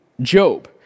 Job